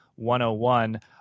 101